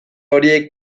horiek